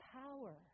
power